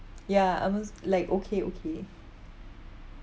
ya almost like okay okay